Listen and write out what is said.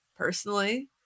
personally